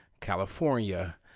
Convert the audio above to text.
California